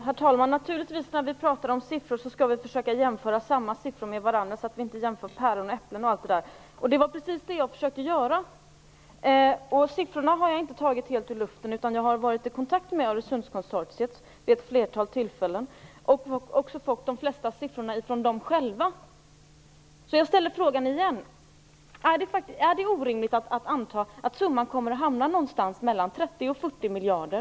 Herr talman! När vi pratar om siffror skall vi naturligtvis försöka jämföra samma siffror med varandra så att vi inte jämför päron och äpplen. Det var precis detta jag försökte göra. Siffrorna är inte tagna ur luften. Jag har varit i kontakt med Öresundskonsortiet vid ett flertal tillfällen, och de flesta siffrorna har jag fått från dem. Jag ställer alltså frågan igen: Är det orimligt att anta att summan kommer att hamna någonstans mellan 30 och 40 miljarder?